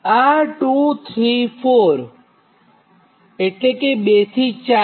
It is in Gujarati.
આ 2 થી 4